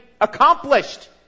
accomplished